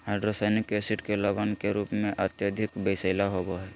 hydrocyanic acid के लवण के रूप में अत्यधिक विषैला होव हई